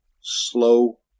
slow